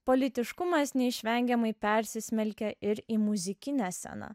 politiškumas neišvengiamai persismelkė ir į muzikinę sceną